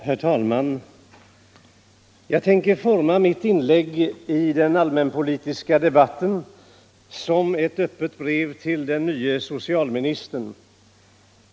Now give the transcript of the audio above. Herr talman! Jag tänker forma mitt inlägg i den allmänpolitiska debatten som ett öppet brev till den nye socialministern.